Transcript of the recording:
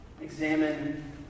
examine